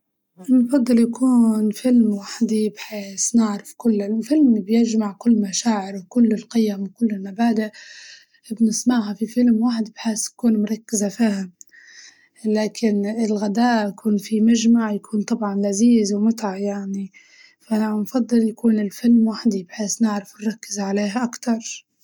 نفضل يكون فيلم وحدي بحيس نعرف كل الفيلم بيجمع كل مشاعر وكل القيم وكل المبادئ، بنسمعها في فيلم واحد بحيس كون مركزة فيها، لكن الغداء يكون في مجمع يكون طبعاً لزيز ومتعة يعني، فأنا أفضل يكون الفيلم وحدي بحيس نعرف نركزوا عليها أكتر.